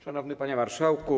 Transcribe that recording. Szanowny Panie Marszałku!